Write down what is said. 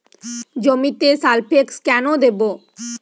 জমিতে সালফেক্স কেন দেবো?